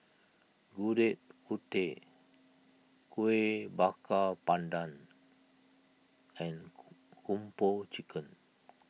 Gudeg Putih Kuih Bakar Pandan and Kung Po Chicken